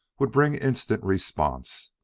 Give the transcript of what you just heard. would bring instant response.